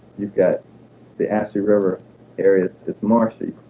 you've got the ashley river area it's marshy